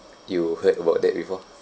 you heard about that before